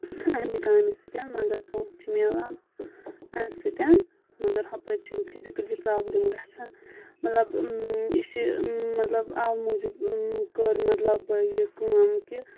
امہِ کامہِ سۭتۍ مَگر پونسہٕ چھُ ملان امہِ سۭتۍ مَگر ہُپٲرۍ چھ پھِزِکٕل پرابلِم گَژھان مطلب یہِ چھُ اَوٕ موٗجوٗب کٔر مطلب یہِ کٲم کہِ